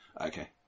Okay